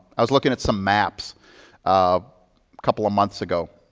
i was looking at some maps a couple of months ago.